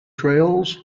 trails